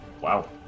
Wow